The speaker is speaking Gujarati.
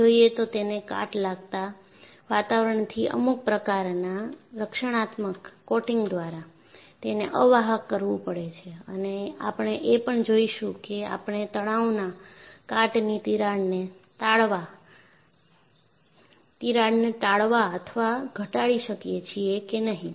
આમ જોયે તો તેને કાટ લાગતા વાતાવરણથી અમુક પ્રકારના રક્ષણાત્મક કોટિંગ દ્વારા તેને અવાહક કરવું પડે છે અને આપણે એ પણ જોઈશું કે આપણે તણાવના કાટની તિરાડને ટાળવા અથવા ઘટાડી શકીએ છીએ કે નહી